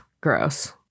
gross